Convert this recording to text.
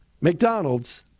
McDonald's